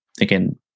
again